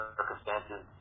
circumstances